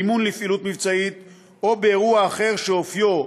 באימון לפעילות מבצעית או באירוע אחר שאופיו,